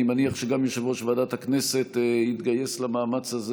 אני מניח שגם יושב-ראש ועדת הכנסת יתגייס למאמץ הזה,